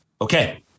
Okay